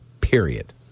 period